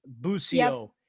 Busio